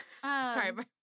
Sorry